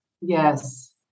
Yes